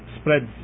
spreads